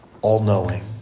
all-knowing